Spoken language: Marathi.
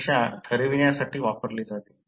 47 अँपिअर पाहिले आहे